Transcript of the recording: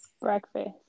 breakfast